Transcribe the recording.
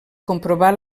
comprovar